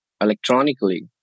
electronically